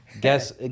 Guess